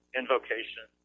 invocation